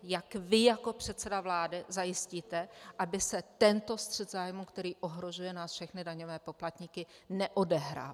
Jak vy jako předseda vlády zajistíte, aby se tento střet zájmů, který ohrožuje nás všechny, daňové poplatníky, neodehrával.